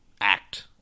act